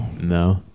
no